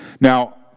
Now